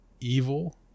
evil